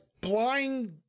blind